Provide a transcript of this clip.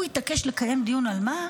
הוא התעקש לקיים דיון על מה,